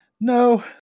no